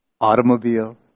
automobile